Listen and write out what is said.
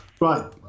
Right